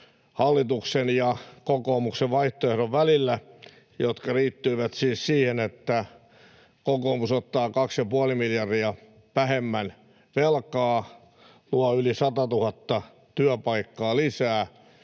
hallituksen ja kokoomuksen vaihtoehtojen välillä, jotka liittyivät siis siihen, että kokoomus ottaa 2,5 miljardia vähemmän velkaa, luo yli 100 000 työpaikkaa lisää